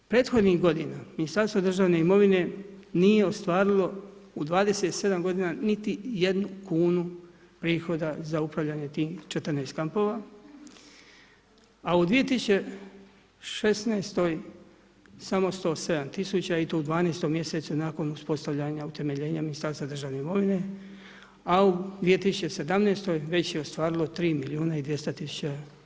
Prethodnih godina Ministarstvo državne imovine nije ostvarilo u 27 godina niti jednu kunu prihoda za upravljanje tim 14 kampova, a u 2016. samo 107 tisuća i to u 12. mjesecu nakon uspostavljanja utemeljena Ministarstva državne imovine, a u 2017. već je ostvarilo 3 milijuna i 200 tisuća.